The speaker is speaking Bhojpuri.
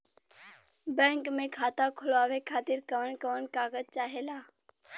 बैंक मे खाता खोलवावे खातिर कवन कवन कागज चाहेला?